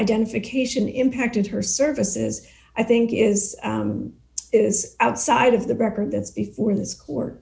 identification impacted her services i think is is outside of the record that's before this court